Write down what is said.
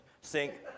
sink